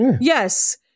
yes